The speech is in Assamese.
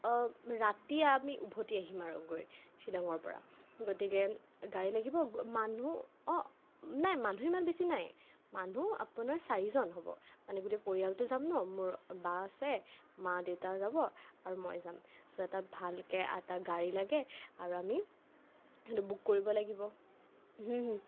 ৰাতি আমি ওভতি আহিম আৰু গৈ শ্বিলঙৰ পৰা গতিকে গাড়ী লাগিব মানুহ অঁ নাই মানুহ ইমান বেছি নাই মানুহ আপোনাৰ চাৰিজন হ'ব মানে গোটেই পৰিয়ালটো যাম ন' মোৰ বা আছে মা দেউতা যাব আৰু মই যাম চ' এটা ভালকে এটা গাড়ী লাগে আৰু আমি সেইটো বুক কৰিব লাগিব